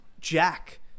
Jack